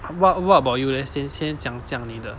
what what about you leh 先先讲讲你的